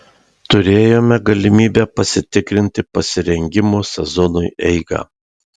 turėjome galimybę pasitikrinti pasirengimo sezonui eigą